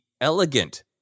elegant